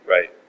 Right